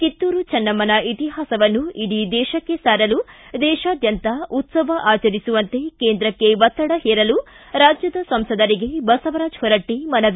ಿತ್ತುರು ಚನ್ನಮ್ದನ ಇತಿಹಾಸವನ್ನು ಇಡೀ ದೇಶಕ್ಕೆ ಸಾರಲು ದೇಶ್ಯದ್ಧಂತ ಉತ್ಸವ ಆಚರಿಸುವಂತೆ ಕೇಂದ್ರಕ್ಕೆ ಒತ್ತಡ ಹೇರಲು ರಾಜ್ಲದ ಸಂಸದರಿಗೆ ಬಸವರಾಜ್ ಹೊರಟ್ಟ ಮನವಿ